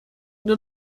nur